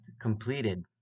completed